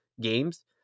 games